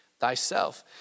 thyself